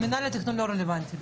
מינהל התכנון לא רלוונטי.